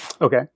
Okay